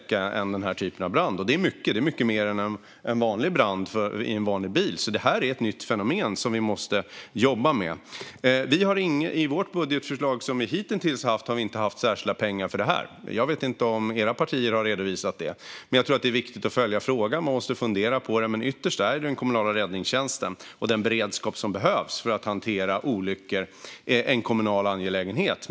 Det är mycket, och det är mycket mer än för en vanlig brand i en vanlig bil. Detta är alltså ett nytt fenomen som vi måste jobba med. I våra budgetförslag hittills har vi inte haft särskilda pengar för detta. Jag vet inte om era partier har redovisat det, Alexandra Anstrell och Thomas Morell. Jag tror att det är viktigt att följa frågan och att man måste fundera över detta, men ytterst är den kommunala räddningstjänsten och den beredskap som behövs för att kunna hantera olyckor en kommunal angelägenhet.